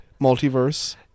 multiverse